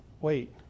wait